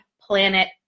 planet